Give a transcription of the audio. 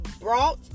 brought